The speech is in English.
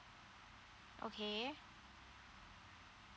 okay